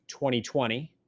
2020